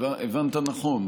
הבנת נכון.